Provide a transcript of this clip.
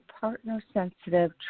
partner-sensitive